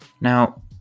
Now